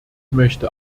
möchte